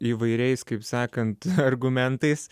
įvairiais kaip sakant argumentais